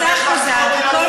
אני מבקש להחזיר אותי לדוכן.